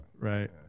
right